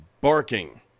barking